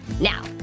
Now